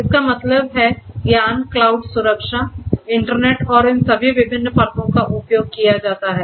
इसका मतलब है ज्ञान क्लाउड सुरक्षा इंटरनेट और इन सभी विभिन्न परतों का उपयोग किया जाता है